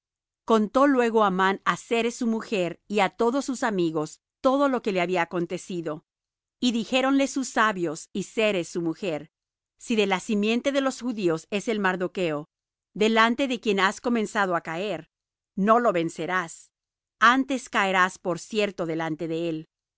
contó luego amán á zeres su mujer y á todos sus amigos todo lo que le había acontecido y dijéronle sus sabios y zeres su mujer si de la simiente de los judíos es el mardocho delante de quien has comenzado á caer no lo vencerás antes caerás por cierto delante de él